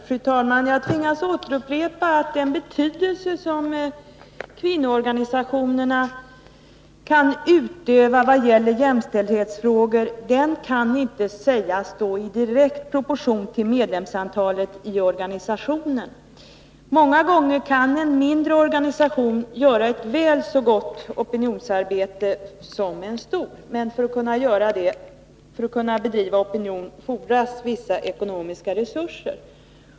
Fru talman! Jag tvingas återupprepa att den betydelse som kvinnoorganisationerna kan utöva i vad gäller jämställdhetsfrågor inte kan sägas stå i direkt proportion till medlemsantalet i organisationen. Många gånger kan en mindre organisation göra ett väl så gott opinionsarbete som en stor, men för att kunna bedriva opinionsarbete måste den ha vissa ekonomiska resurser.